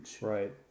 right